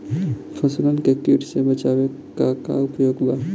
फसलन के कीट से बचावे क का उपाय है?